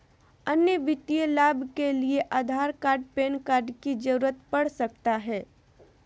अन्य वित्तीय लाभ के लिए आधार कार्ड पैन कार्ड की जरूरत पड़ सकता है?